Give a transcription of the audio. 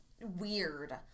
weird